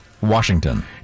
Washington